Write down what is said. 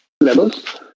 levels